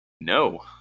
No